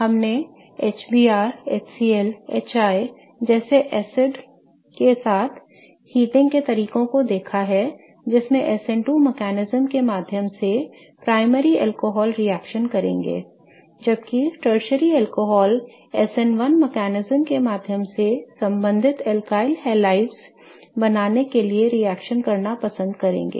हमने HBr HCl HI जैसे acid के साथ हीटिंग के तरीकों को देखा है जिसमें SN2 तंत्र के माध्यम से प्राथमिक अल्कोहल रिएक्शन करेंगे जबकि टर्शरी अल्कोहल SN1 तंत्र के माध्यम से संबंधित एल्काइल हैलिड्स बनाने के लिए रिएक्शन करना पसंद करेंगे